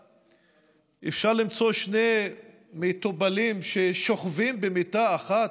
אפשר למצוא שני מטופלים ששוכבים במיטה אחת?